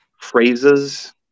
phrases